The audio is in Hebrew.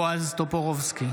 בועז טופורובסקי,